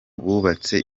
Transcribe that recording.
bubatse